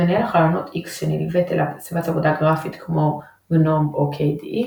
מנהל החלונות X שנלווית אליו סביבת עבודה גרפית כמו GNOME או KDE,